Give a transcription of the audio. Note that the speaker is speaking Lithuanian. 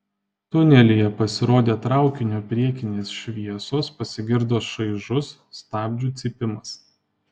tunelyje pasirodė traukinio priekinės šviesos pasigirdo šaižus stabdžių cypimas